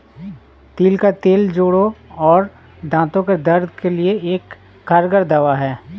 तिल का तेल जोड़ों और दांतो के दर्द के लिए एक कारगर दवा है